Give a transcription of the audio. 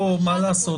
מה לעשות,